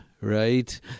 right